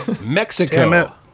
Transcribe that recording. Mexico